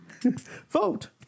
vote